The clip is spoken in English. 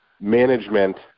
management